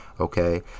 Okay